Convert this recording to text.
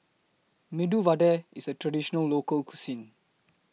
Medu Vada IS A Traditional Local Cuisine